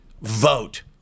vote